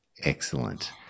Excellent